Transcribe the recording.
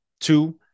two-